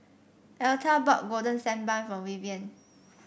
Elta bought Golden Sand Bun for Vivienne